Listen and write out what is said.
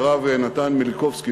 הרב נתן מיליקובסקי,